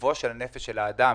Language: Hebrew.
לעיצובו של נפש האדם,